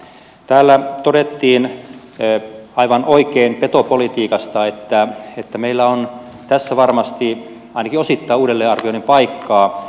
täällä todettiin aivan oikein petopolitiikasta että meillä on tässä varmasti ainakin osittain uudelleenarvioinnin paikkaa